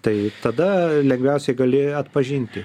tai ir tada lengviausiai gali atpažinti